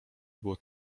było